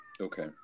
Okay